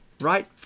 right